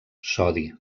sodi